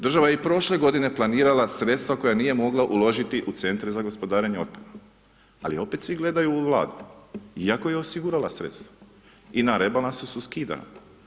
Država je i prošle godine planirala sredstva koje nije mogla uložiti u centre za gospodarenje otpadom, ali opet svi gledaju u vladu, iako je osigurala sredstva i na rebalansu su skidana.